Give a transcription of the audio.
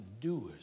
doers